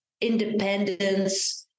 independence